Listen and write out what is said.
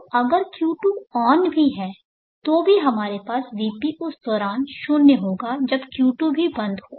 तो अगर Q2 on भी है तो भी हमारे पास Vp उस दौरान शून्य होगा जब Q2 भी बंद हो